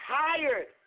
tired